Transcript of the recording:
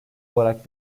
olarak